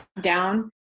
down